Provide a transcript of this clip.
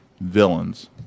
villains